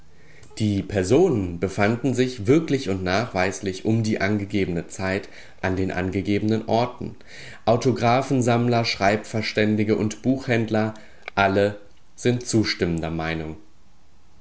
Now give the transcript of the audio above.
die personen befanden sich wirklich und nachweislich um die angegebene zeit an den angegebenen orten autographensammler schreibverständige und buchhändler alle sind zustimmender meinung